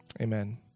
amen